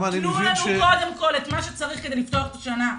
תנו לנו קודם כל את מה שצריך כדי לפתוח את השנה,